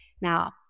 Now